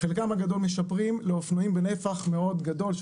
חלקם הגדול משפרים לאופנועים בנפח מאוד גדול,